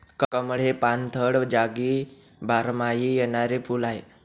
कमळ हे पाणथळ जागी बारमाही येणारे फुल आहे